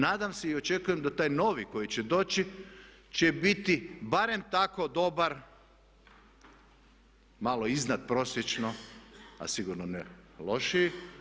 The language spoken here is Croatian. Nadam se i očekujem da taj novi koji će doći će biti barem tako dobar malo iznad prosječno, a sigurno ne lošiji.